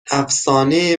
افسانه